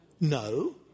No